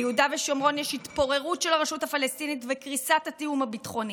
ביהודה ושומרון יש התפוררות של הרשות הפלסטינית וקריסת התיאום הביטחוני.